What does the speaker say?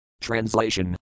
Translation